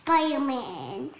Spider-Man